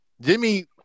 jimmy